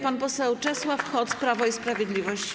Pan poseł Czesław Hoc, Prawo i Sprawiedliwość.